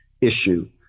issue